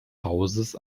hauses